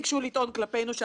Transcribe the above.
המשק הישראלי כולו.